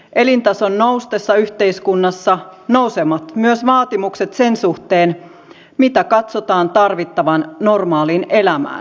elintason noustessa yhteiskunnassa nousevat myös vaatimukset sen suhteen mitä katsotaan tarvittavan normaaliin elämään